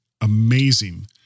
amazing